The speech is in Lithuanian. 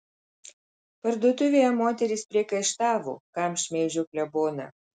parduotuvėje moterys priekaištavo kam šmeižiu kleboną